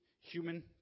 human